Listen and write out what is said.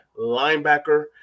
linebacker